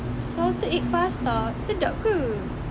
salted egg pasta sedap ke